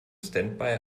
standby